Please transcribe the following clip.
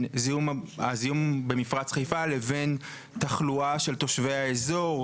הזיהום במפרץ חיפה לבין התחלואה של תושבי האזור,